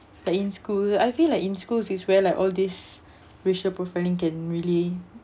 that in school I feel like in schools is where like all this racial profiling can really